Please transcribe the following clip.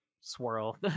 swirl